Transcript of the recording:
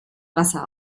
wasser